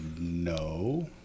no